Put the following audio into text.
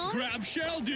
um grab shell, dude!